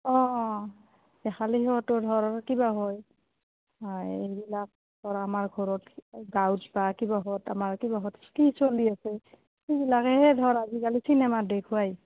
অঁ অঁ দেখালি সিহঁতো ধৰ কিবা হয় এইবিলাক ধৰ আমাৰ ঘৰত গাঁৱত বা কিবাহঁত আমাৰ কিবাহঁত কি চলি আছে সেইবিলাকেহে ধৰ আজিকালি চিনেমাত দেখুৱায়